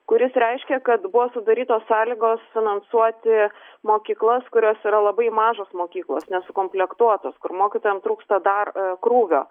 kuris reiškia kad buvo sudarytos sąlygos finansuoti mokyklas kurios yra labai mažos mokyklos nesukomplektuotos kur mokytojam trūksta dar krūvio